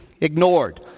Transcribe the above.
ignored